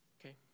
Okay